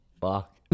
Fuck